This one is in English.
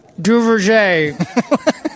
Duverger